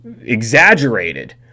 exaggerated